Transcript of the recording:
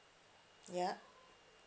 ya